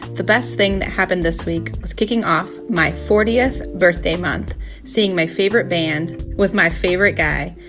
the best thing that happened this week was kicking off my fortieth birthday month seeing my favorite band with my favorite guy,